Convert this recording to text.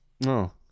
no